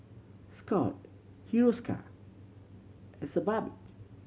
Scott Hiruscar and Sebamed